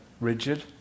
rigid